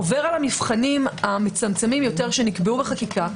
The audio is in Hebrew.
עובר על המבחנים המצמצמים יותר שנקבעו בחקיקה,